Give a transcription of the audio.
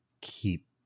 keep